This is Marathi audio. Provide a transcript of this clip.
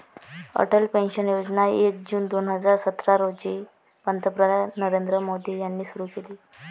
अटल पेन्शन योजना एक जून दोन हजार सतरा रोजी पंतप्रधान नरेंद्र मोदी यांनी सुरू केली होती